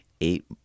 eight